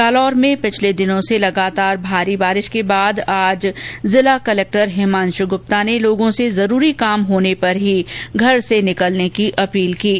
जालौर में पिछले दिनों से लगातार भारी बारिश के बाद आज जिला कलेक्टर हिमांशु गुप्ता ने लोगों से जरूरी काम होने पर ही घरों से निकलने की अपील की है